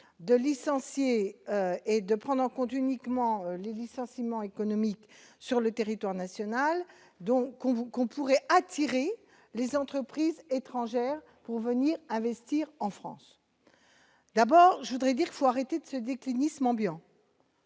de licencier et de prendre en compte uniquement les licenciements économiques sur le territoire national, donc on vous qu'on pourrait attirer les entreprises étrangères pour venir investir en France, d'abord je voudrais dire, faut arrêter de ce déclinisme ambiant.